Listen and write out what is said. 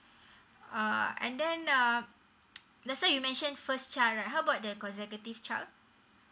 uh and then let's say you mentioned first child right how about the consecutive child